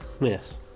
Yes